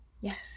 yes